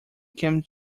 came